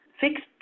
fixed